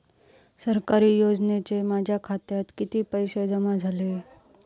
सरकारी योजनेचे माझ्या खात्यात किती पैसे जमा झाले?